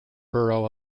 borough